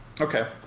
Okay